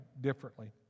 differently